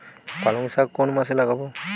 পালংশাক কোন মাসে লাগাব?